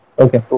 okay